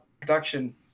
production